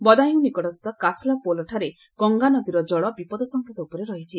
ବଦାୟୁଁ ନିକଟସ୍ଥ କାଛ୍ଲା ପୋଲଠାରେ ଗଙ୍ଗାନଦୀର ଜଳ ବିପଦ ସଙ୍କେତ ଉପରେ ରହିଛି